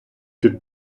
під